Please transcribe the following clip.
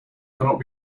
cannot